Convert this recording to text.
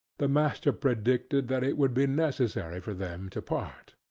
the master predicted that it would be necessary for them to part.